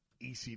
ec